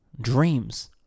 Dreams